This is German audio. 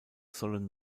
sollen